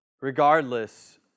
regardless